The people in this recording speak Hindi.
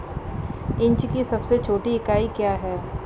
इंच की सबसे छोटी इकाई क्या है?